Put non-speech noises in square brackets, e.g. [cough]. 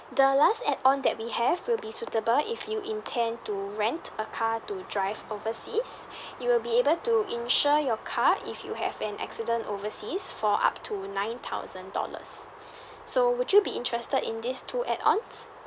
the last add on that we have will be suitable if you intend to rent a car to drive overseas [breath] you will be able to insure your car if you have an accident overseas for up to nine thousand dollars [breath] so would you be interested in these two add ons